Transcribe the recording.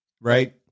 right